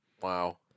wow